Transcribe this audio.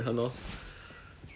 ya man